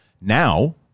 Now